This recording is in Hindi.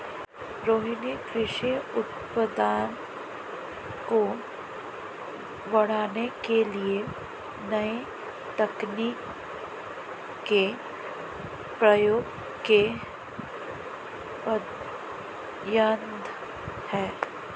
रोहिनी कृषि उत्पादन को बढ़ाने के लिए नए तकनीक के प्रयोग के पक्षधर है